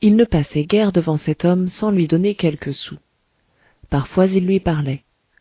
il ne passait guère devant cet homme sans lui donner quelques sous parfois il lui parlait